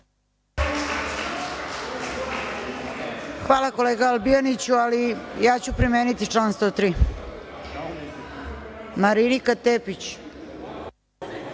Hvala kolega Albijaniću, ali ja ću primeniti član 103.Reč ima